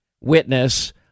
witness